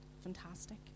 fantastic